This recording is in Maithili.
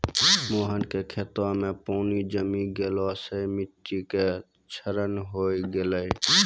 मोहन के खेतो मॅ पानी जमी गेला सॅ मिट्टी के क्षरण होय गेलै